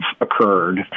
occurred